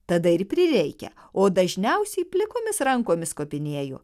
tada ir prireikia o dažniausiai plikomis rankomis kopinėju